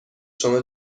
شما